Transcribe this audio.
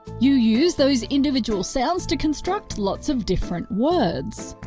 you use those individual sounds to construct lots of different words.